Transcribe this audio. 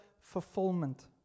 fulfillment